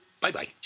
Bye-bye